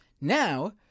Now